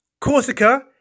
Corsica